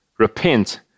Repent